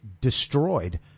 destroyed